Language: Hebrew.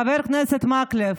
חבר הכנסת מקלב?